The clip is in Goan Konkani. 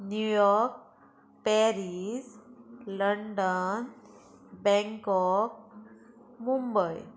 New York Paris London Bangkok Mumbai